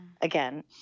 again